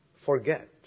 forget